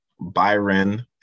Byron